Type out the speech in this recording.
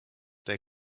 their